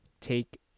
take